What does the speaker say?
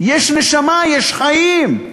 יש נשמה, יש חיים.